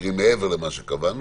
אסירים מעבר למה שקבענו.